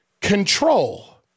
Control